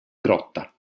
grotta